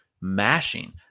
mashing